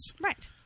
right